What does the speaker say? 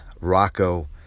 Rocco